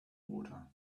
water